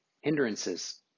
hindrances